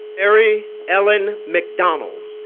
mary ellen mcdonald